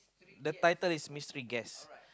the title is mystery guess